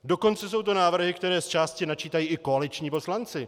Dokonce jsou to návrhy, které zčásti načítají i koaliční poslanci.